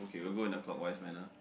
K we will go in a clockwise manner